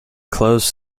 closed